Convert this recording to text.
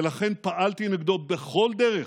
ולכן פעלתי נגדו בכל דרך,